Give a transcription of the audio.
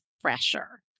fresher